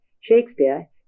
Shakespeare